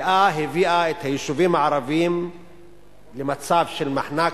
הביאה את היישובים הערביים למצב של מחנק.